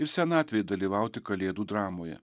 ir senatvėj dalyvauti kalėdų dramoje